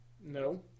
No